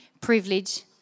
privilege